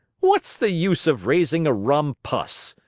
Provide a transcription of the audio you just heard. what's the use of raising a rumpus?